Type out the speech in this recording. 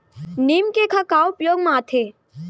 नीम cake ह का उपयोग मा आथे?